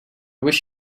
wish